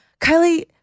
Kylie –